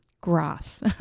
grass